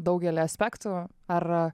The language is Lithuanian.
daugelį aspektų ar